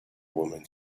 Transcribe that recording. women